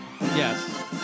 Yes